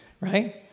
right